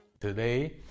Today